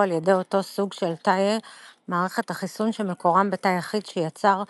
על ידי אותו סוג של תאי מערכת החיסון שמקורם בתא יחיד שיצר שיבוט.